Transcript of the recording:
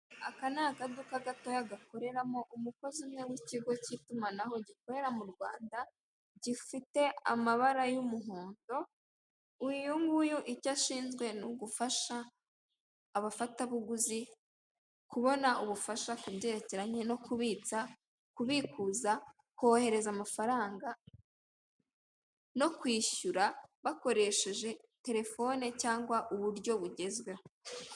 Aka ni akaduka gato gakoreramo umukozi umwe w'ikigo cy'itumanaho gikorera mu rwanda gifite amabara y'umuhondo uyu nguyu icyo ashinzwe ni ugufasha abafatabuguzi kubona ubufasha kubyerekeranye no kubitsa, kubikuza, kohereza amafaranga no kwishyura bakoresheje telefone cyangwa uburyo bugezweho.